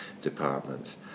departments